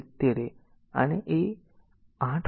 70a આને a8